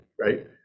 right